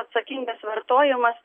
atsakingas vartojimas